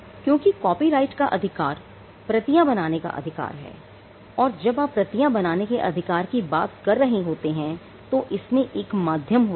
क्योंकि कॉपीराइट का अधिकार प्रतियां बनाने का अधिकार है और जब आप प्रतियां बनाने के अधिकार की बात कर रहे होते हैं तो इसमें एक माध्यम होता है